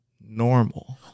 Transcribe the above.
normal